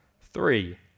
Three